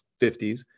50s